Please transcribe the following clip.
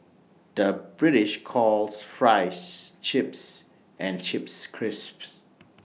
the British calls Fries Chips and Chips Crisps